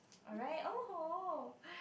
alright